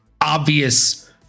obvious